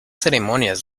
ceremonias